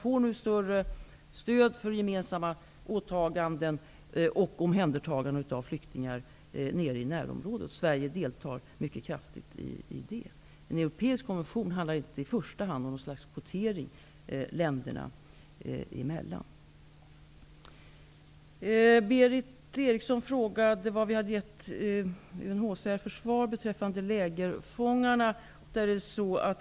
Stödet för gemensamma åtaganden och omhändertagandet av flyktingar i närområdet har blivit starkare. Sverige deltar mycket kraftfullt i det arbetet. En europeisk konvention skulle inte i första hand handla om något slags kvotering länderna emellan. Berith Eriksson undrade vad vi hade gett UNHCR för svar beträffande lägerfångarna.